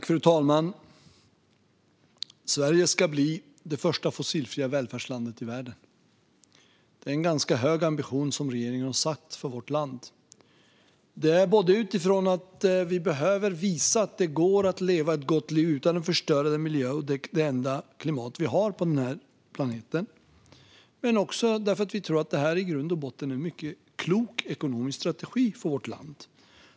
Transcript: Fru talman! Sverige ska bli det första fossilfria välfärdslandet i världen. Det är en ganska hög ambition som regeringen har satt upp för vårt land, detta både utifrån att vi behöver visa att det går att leva ett gott liv utan att förstöra miljön och det enda klimat vi har på den här planeten och för att vi tror att det i grund och botten är en mycket klok ekonomisk strategi för vårt land.